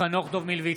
חנוך דב מלביצקי,